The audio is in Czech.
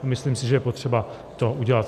Myslím si, že je potřeba to udělat.